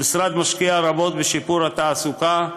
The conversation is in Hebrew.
המשרד משקיע רבות בשיפור התעסוקה,